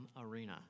arena